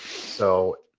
so,